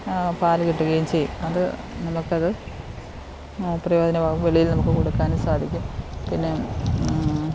പാല് കിട്ടുകയും ചെയ്യും അത് നമുക്കത് പ്രയോജനമാകും വെളിയിൽ നമുക്ക് കൊടുക്കാനും സാധിക്കും പിന്നെ